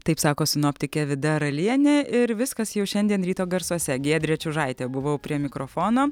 taip sako sinoptikė vida ralienė ir viskas jau šiandien ryto garsuose giedrė čiužaitė buvau prie mikrofono